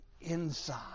inside